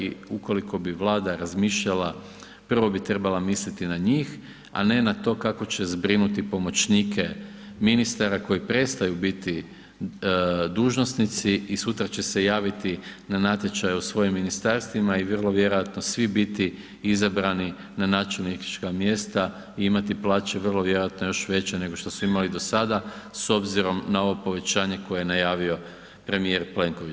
I ukoliko bi Vlada razmišljala prvo bi trebala misliti na njih a ne na to kako će zbrinuti pomoćnike ministara koji prestaju biti dužnosnici i sutra će se javiti na natječaj u svojim ministarstvima i vrlo vjerojatno svi biti izabrani na načelnička mjesta i imati plaće vrlo vjerojatno još veće nego što su imali do sada s obzirom na ovo povećanje koje je najavio premijer Plenković.